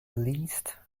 least